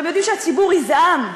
אתם יודעים שהציבור יזעם.